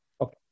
Okay